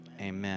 Amen